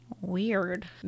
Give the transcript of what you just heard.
Weird